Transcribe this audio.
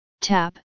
tap